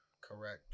Correct